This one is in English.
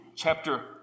Chapter